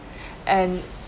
and